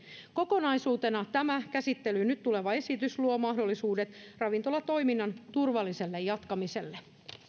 kokonaisuutena tämä käsittelyyn nyt tuleva esitys luo mahdollisuudet ravintolatoiminnan turvalliselle jatkamiselle